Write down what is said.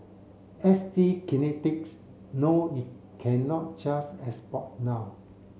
S T Kinetics know it cannot just export now